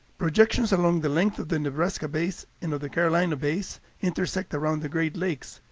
projections along the length of the nebraska bays and of the carolina bays intersect around the great lakes,